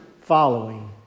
following